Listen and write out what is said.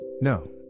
No